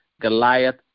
Goliath